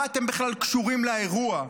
מה אתם בכלל קשורים לאירוע?